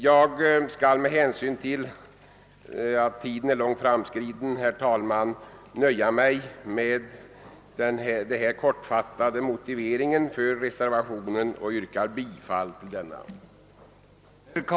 Jag skall med hänsyn till att tiden är långt framskriden, herr talman, nöja mig med denna kortfattade motivering för reservationen och yrkar bifall till denna.